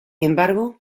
embargo